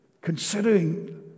considering